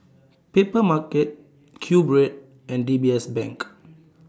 Papermarket Q Bread and D B S Bank